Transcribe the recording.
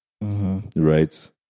right